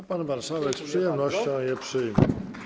A pan marszałek z przyjemnością je przyjmie.